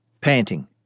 panting